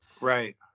Right